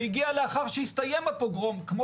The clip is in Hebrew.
היא הגיעה לאחר שהסתיים הפוגרום כמו